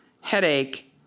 headache